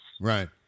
Right